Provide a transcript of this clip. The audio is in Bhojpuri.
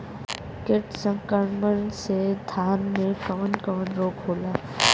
कीट संक्रमण से धान में कवन कवन रोग होला?